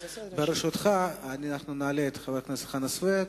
ברשותך אנחנו נעלה את חבר הכנסת חנא סוייד,